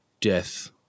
death